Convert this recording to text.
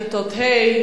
כיתות ה',